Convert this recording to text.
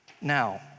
Now